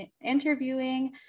interviewing